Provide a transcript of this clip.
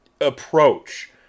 approach